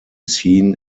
seen